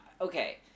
Okay